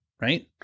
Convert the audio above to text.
right